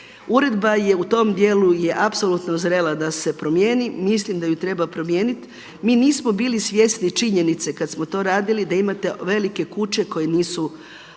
Uredba je u tom dijelu apsolutno zrela da se promijeni, mislim da ju treba promijeniti. Mi nismo bili svjesni činjenice kad smo to radili da imate velike kuće koje nisu